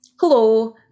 hello